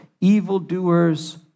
Evildoers